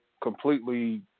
completely